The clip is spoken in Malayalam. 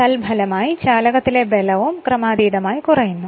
തൽഫലമായി ചാലകത്തിലെ ബലവും ക്രമാതീതമായി കുറയുന്നു